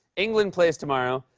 england plays tomorrow.